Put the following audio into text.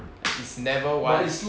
it's never once